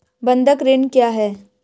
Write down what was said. बंधक ऋण क्या है?